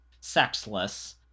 sexless